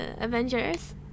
Avengers